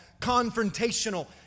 confrontational